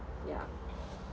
yeah